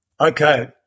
Okay